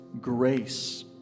grace